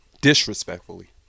Disrespectfully